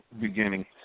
beginning